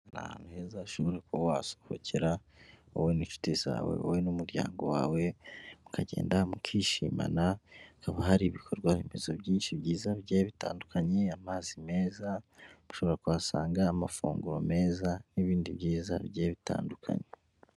Ni ahantu heza ushobora kuba wasohokera wowe n'inshuti zawe, wowe n'umuryango wawe, mukagenda mukishimana, haba hari ibikorwa remezo byinshi byiza bigiye bitandukanye, amazi meza, ushobora kuhasanga amafunguro meza, n'ibindi byiza bigiye bitandukanye.